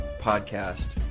Podcast